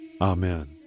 Amen